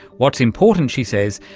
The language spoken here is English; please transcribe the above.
what's important, she says,